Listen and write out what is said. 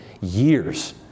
years